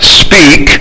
speak